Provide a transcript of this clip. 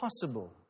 possible